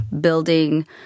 building